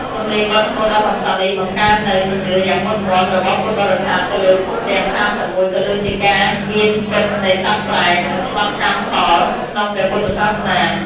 សំឡេងបទស្មូតដ៏កម្សត់នេះ បង្កើននូវ ជំនឿយ៉ាងមុតមាំ របស់ពុទ្ធបរិស័ទទៅលើភពទាំង ៣១ ក៏ដូចជាការមានពិតនៃសត្វប្រេត និងច្បាប់កម្មផលក្នុងព្រះពុទ្ធសាសនា។